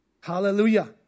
Hallelujah